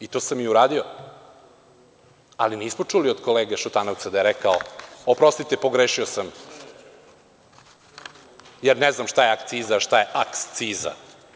I, to sam i uradio, ali nismo čuli od kolege Šutanovca da je rekao – oprostite, pogrešio sam, jer ne znam šta je akciza, a šta je aksciza.